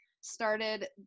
started